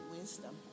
Wisdom